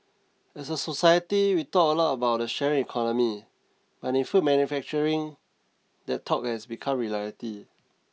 as a society we talk a lot about the sharing economy but in food manufacturing that talk has become reality